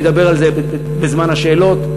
אני אדבר על זה בזמן השאלות.